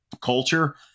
culture